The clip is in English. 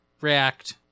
React